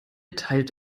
teilt